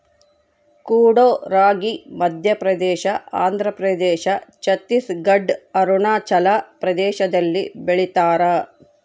ಕೊಡೋ ರಾಗಿ ಮಧ್ಯಪ್ರದೇಶ ಆಂಧ್ರಪ್ರದೇಶ ಛತ್ತೀಸ್ ಘಡ್ ಅರುಣಾಚಲ ಪ್ರದೇಶದಲ್ಲಿ ಬೆಳಿತಾರ